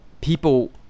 people